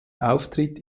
auftritt